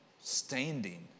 standing